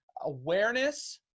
awareness